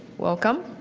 welcome.